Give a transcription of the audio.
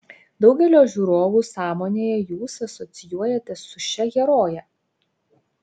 daugelio žiūrovų sąmonėje jūs asocijuojatės su šia heroje